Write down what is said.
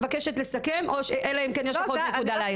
ואני מבקשת לסכם אלא אם כן יש לך עוד נקודה להעיר.